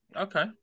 Okay